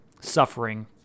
suffering